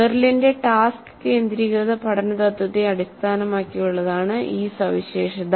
മെറിലിന്റെ ടാസ്ക് കേന്ദ്രീകൃത പഠന തത്വത്തെ അടിസ്ഥാനമാക്കിയുള്ളതാണ് ഈ സവിശേഷത